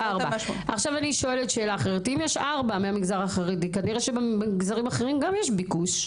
אם יש ארבע מהמגזר החרדי אז כנראה שבמגזרים האחרים גם צריך.